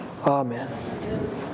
Amen